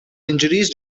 injuries